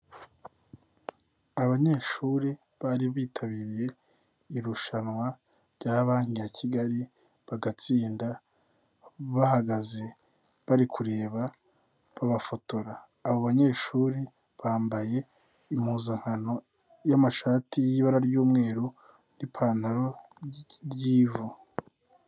Abanyeshuri bari bitabiriye irushanwa rya Banki ya Kigali bagatsinda, bahagaze bari kureba, babafotora. Abo banyeshuri bambaye impuzankano y'amashati y'ibara ry'umweru n'ipantaro ry'ivu.